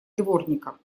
дворника